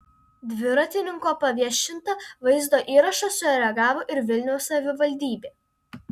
dviratininko paviešintą vaizdo įrašą sureagavo ir vilniaus savivaldybė